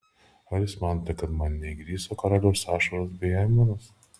ar jūs manote kad man neįgriso karaliaus ašaros bei aimanos